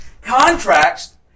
Contracts